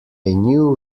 new